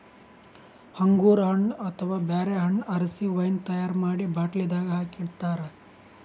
ಅಂಗೂರ್ ಹಣ್ಣ್ ಅಥವಾ ಬ್ಯಾರೆ ಹಣ್ಣ್ ಆರಸಿ ವೈನ್ ತೈಯಾರ್ ಮಾಡಿ ಬಾಟ್ಲಿದಾಗ್ ಹಾಕಿ ಇಡ್ತಾರ